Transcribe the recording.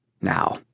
Now